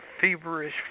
feverish